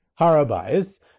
Harabais